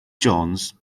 jones